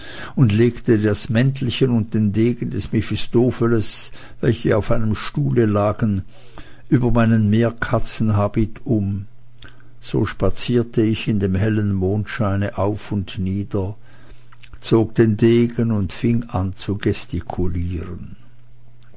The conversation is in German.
und legte das mäntelchen und den degen des mephistopheles welche auf einem stuhle lagen über meinen meerkatzenhabit um so spazierte ich in dem hellen mondscheine auf und nieder zog den degen und fing an zu gestikulieren